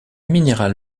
minéral